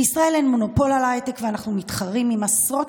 לישראל אין מונופול על ההייטק ואנחנו מתחרים עם עשרות